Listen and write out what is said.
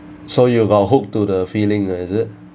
so you got hook to the feeling ah is it